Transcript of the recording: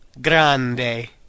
grande